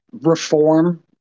reform